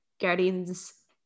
Guardians